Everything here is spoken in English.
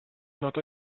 not